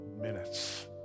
minutes